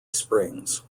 springs